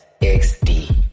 XD